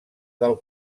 del